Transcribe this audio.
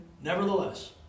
Nevertheless